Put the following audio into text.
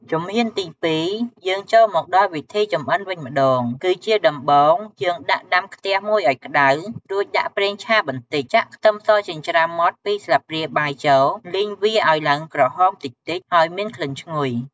ជំហានទីពីរ យើងចូលមកដល់វិធីចម្អិនវិញម្តង គឺជាដំបូងយើងដាក់ដាំខ្ទះមួយឲ្យក្តៅ រួចដាក់ប្រេងឆាបន្តិច ចាក់ខ្ទឹមសចិញ្រ្ចាំម៉ដ្ឋ ២ស្លាបព្រាបាយចូលលីងវាឲ្យឡើងក្រហមតិចៗហើយមានក្លិនឈ្ងុយ។